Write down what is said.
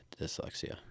dyslexia